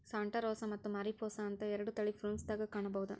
Santa Rosa ಮತ್ತ Mariposa ಅಂತ ಎರಡು ತಳಿ ಪ್ರುನ್ಸ್ ದಾಗ ಕಾಣಬಹುದ